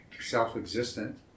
Self-existent